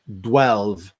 dwell